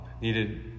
Needed